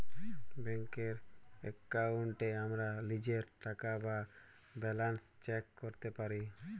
ব্যাংকের এক্কাউন্টে আমরা লীজের টাকা বা ব্যালান্স চ্যাক ক্যরতে পারি